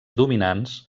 dominants